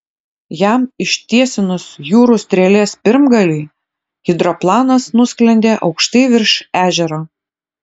jam ištiesinus jūrų strėlės pirmgalį hidroplanas nusklendė aukštai virš ežero